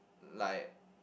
like